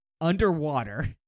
underwater